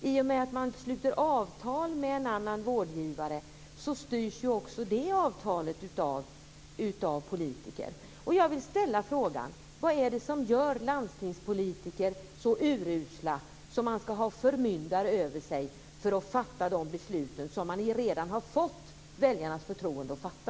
I och med att man sluter avtal med en annan vårdgivare styrs också det avtalet av politiker. Jag vill ställa frågan: Vad är det som gör landstingspolitiker så urusla att de ska ha förmyndare över sig för att fatta de beslut som de redan har fått väljarnas förtroende att fatta?